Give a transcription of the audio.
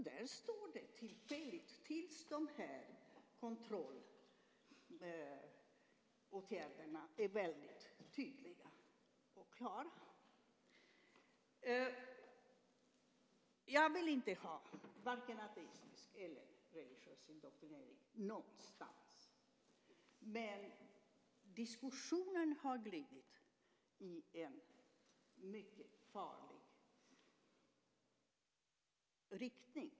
Där står det "tillfälligt" tills kontrollåtgärderna blir tydliga och klara. Jag vill inte ha vare sig ateistisk eller religiös indoktrinering någonstans, men diskussionen har glidit i en mycket farlig riktning.